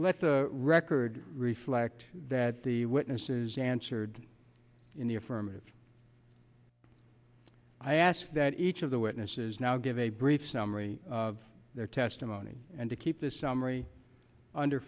let the record reflect that the witnesses answered in the affirmative i ask that each of the witnesses now give a brief summary of their testimony and to keep this summary under